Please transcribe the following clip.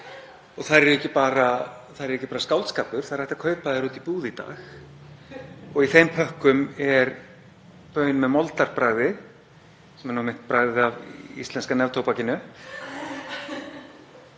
Þær eru ekki bara skáldskapur, það er hægt að kaupa þær úti í búð í dag og í þeim pökkum er baun með moldarbragði sem er einmitt bragðið af íslenska neftóbakinu.